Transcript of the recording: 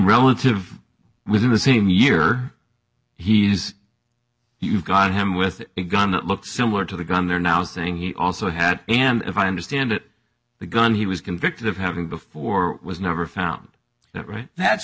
relative within the same year he's you've got him with a gun that looks similar to the gun they're now saying he also had and if i understand it the gun he was convicted of having before was never found that right that's